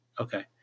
Okay